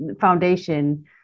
foundation